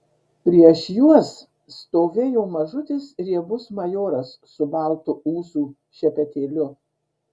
prieš juos stovėjo mažutis riebus majoras su baltu ūsų šepetėliu